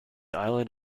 island